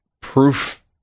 proof